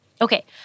Okay